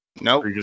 Nope